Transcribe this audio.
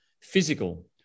physical